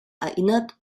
erinnert